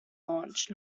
launched